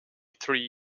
three